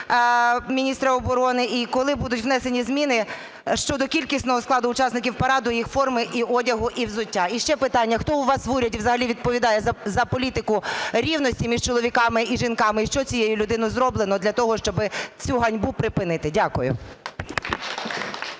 міністра оборони? І коли будуть внесені зміни щодо кількісного складу учасників параду, їх форми і одягу, і взуття? І ще питання: хто у вас в уряді взагалі відповідає за політику рівності між чоловіками і жінками? І що цією людиною зроблено для того, щоб цю ганьбу припинити? Дякую.